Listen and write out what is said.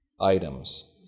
items